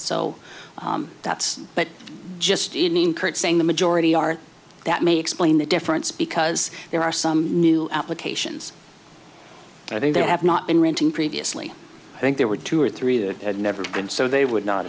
so that's but just in increasing the majority aren't that may explain the difference because there are some new applications i think there have not been renting previously i think there were two or three that had never been so they would not